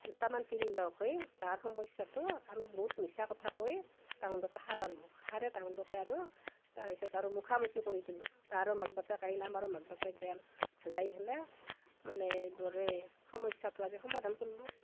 দুটামান তিৰি লগ হৈ তাৰ সমস্যাটো আমি বহুত মিছা কথা কৈ তাহুন দুয়োকে সাৰালু সাৰে তাহুন দুয়োকে আৰু তাৰপিছত আৰু মুখা মুখি কৰি দিলোঁ তাৰো মাক বাপেক আহিল আমাৰো মাক বাপেক গেল যাই ফেলে মানে দুয়োৰেই সমস্যাটো আমি সমাধান কল্লু